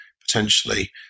potentially